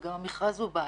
וגם המכרז הוא בעייתי.